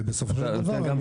אז זה רופא לכל דבר.